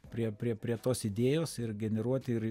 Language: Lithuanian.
prie prie prie tos idėjos ir generuoti ir